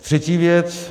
Třetí věc.